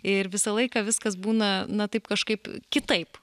ir visą laiką viskas būna na taip kažkaip kitaip